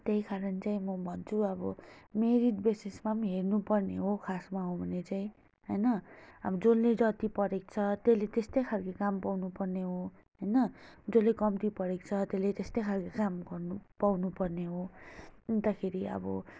त्यही कारण चाहिँ म भन्छु अब मेरिट बेसिसमा पनि हेर्नु पर्ने हो खासमा हो भने चाहिँ होइन अब जसले जति पढेको छ त्यसले त्यस्तै खालको काम पाउनु पर्ने हो होइन जसले कम्ती पढेको छ त्यसले त्यस्तै खालके काम गर्नु पाउनु पर्ने हो अन्तखेरि अब